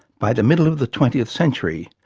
by the middle of the twentieth century,